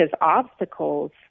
obstacles